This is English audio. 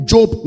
Job